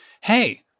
hey